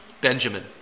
Benjamin